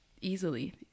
easily